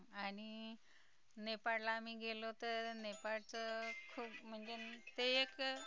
आणि नेपाळला आम्ही गेलो तर नेपाळचं खूप म्हणजे ते एक